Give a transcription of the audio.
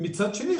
ומצד שני,